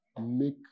make